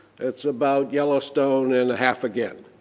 that's about yellowstone and a half again.